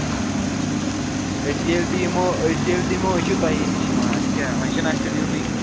أسۍ ییٚلہِ تہِ یِمو أسۍ ییٚلہِ تہِ یِمو أسۍ چھِ تۄہی نِش یِوان اَسہِ کیٛاہ وۅنۍ چھُناہ اَسہِ تیٚلہِ یِنُے